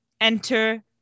enter